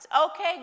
Okay